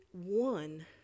one